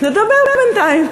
נדבר בינתיים,